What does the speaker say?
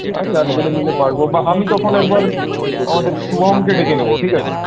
হ্যাঁ চারজনে মিলে পাড়বো বা আমি তখন একবার আমাদের শুভমকে ডেকে নেব ঠিক আছে